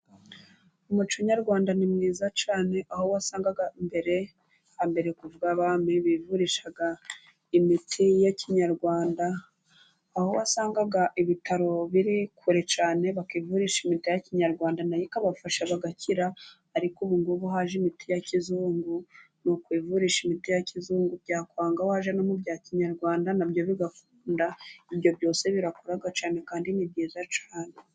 Umuco nyarwanda ni mwiza cyane aho wasangaga mbere hambere k'ubw' abami bivurishaga imiti ya kinyarwanda, aho wasangaga ibitaro biri kure cyane bakivurisha imiti ya kinyarwanda na yo ikabafasha bagakira, ariko ubu ngubu haje imiti ya kizungu ni ukwivurisha imiti ya kizungu byakwanga wajya no mu bya kinyarwanda na byo bigakunda, ibyo byose birakora cyane kandi ni byiza cyane.